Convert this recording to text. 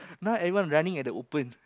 now everyone running at the open